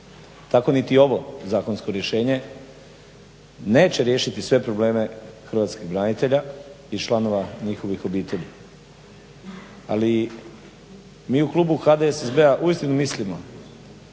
Tako niti ovo zakonsko rješenje neće riješiti sve probleme hrvatskih branitelja i članova njihovih obitelji. Ali mi u klubu HDSSB-a uistinu mislimo